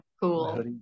Cool